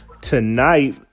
tonight